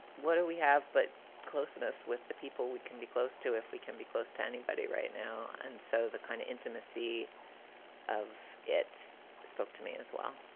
what do we have. but closeness with the people we can be close to if we can be close to anybody right now. and so the kind of intimacy of it spoke to me as well